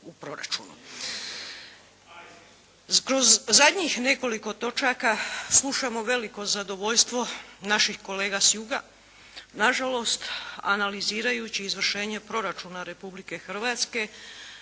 u proračunu. Kroz zadnjih nekoliko točaka slušamo veliko zadovoljstvo naših kolega s juga. Na žalost analizirajući izvršenje proračuna Republike Hrvatske